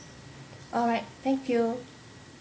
alright thank you